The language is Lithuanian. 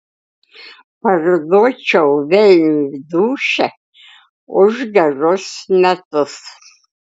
parduočiau velniui dūšią už gerus metus